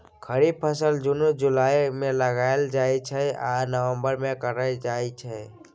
खरीफ फसल जुन जुलाई मे लगाएल जाइ छै आ नबंबर मे काटल जाइ छै